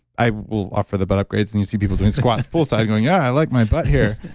i will offer the butt upgrades and you see people doing squats, poolside going, yeah, i like my butt here.